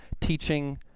teaching